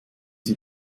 sie